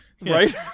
Right